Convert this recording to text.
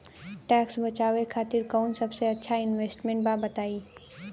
Tax बचावे खातिर कऊन सबसे अच्छा इन्वेस्टमेंट बा बताई?